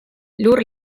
lur